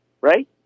right